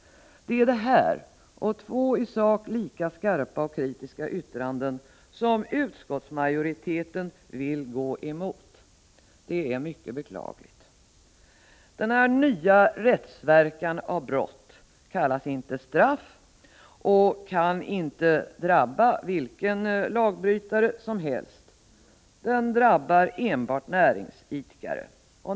Det är det här, och två i sak lika skarpa och kritiska yttranden, som utskottsmajoriteten vill gå emot. Det är mycket beklagligt. Denna nya ”rättsverkan” av brott kallas inte straff och drabbar inte vilken lagbrytare som helst. Den drabbar enbart näringsidkare.